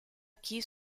aquí